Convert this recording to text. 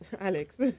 Alex